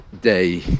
Day